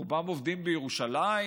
רובם עובדים בירושלים,